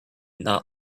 not